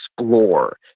explore